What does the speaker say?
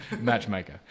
matchmaker